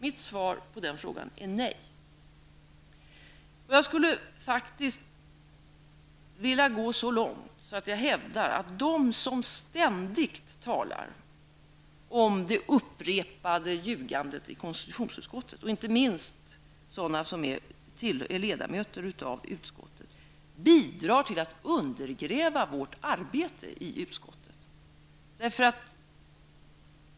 Mitt svar på den frågan är nej. Jag skulle faktiskt vilja gå så långt att jag hävdar att de som ständigt talar om det upprepade ljugandet i konstitutionsutskottet -- inte minst sådana som är ledamöter av utskottet -- bidrar till att undergräva arbetet i utskottet.